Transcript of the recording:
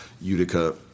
Utica